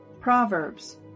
Proverbs